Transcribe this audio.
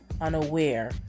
unaware